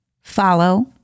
follow